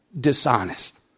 dishonest